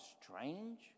strange